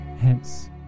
Hence